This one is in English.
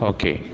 Okay